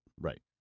right